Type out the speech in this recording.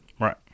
right